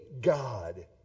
God